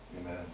Amen